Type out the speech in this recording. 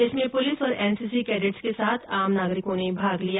इसमें पुलिस और NCC cadets के साथ आम नागरिकों ने भाग लिया